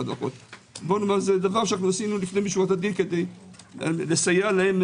זה דבר שעשינו לפנים משורת הדין כדי לסייע להם,